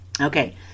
okay